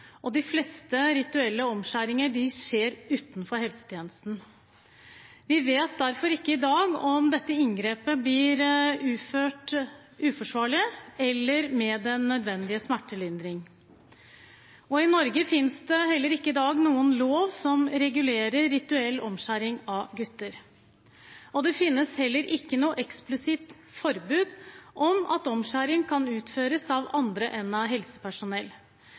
og de fleste rituelle omskjæringer skjer utenfor helsetjenesten. Vi vet derfor ikke i dag om dette inngrepet blir utført uforsvarlig eller med den nødvendige smertelindring. I Norge i dag finnes det heller ikke noen lov som regulerer rituell omskjæring av gutter. Det finnes heller ikke noe eksplisitt forbud mot at omskjæring kan utføres av andre enn helsepersonell.